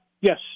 yes